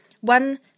one